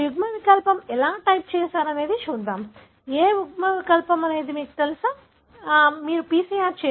మీరు యుగ్మవికల్పం ఎలా టైప్ చేస్తారో చూద్దాం ఏ యుగ్మవికల్పం అనేది మీకు తెలుసా మీకు తెలుసా